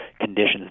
conditions